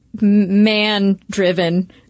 man-driven